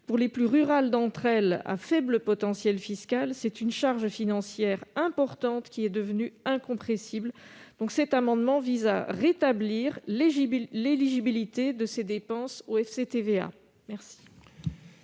Pour les plus rurales d'entre elles, à faible potentiel fiscal, c'est une charge financière importante qui est devenue « incompressible ». Le présent amendement vise à rétablir l'éligibilité de ces dépenses au FCTVA. La